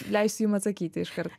leisiu jum atsakyti iškart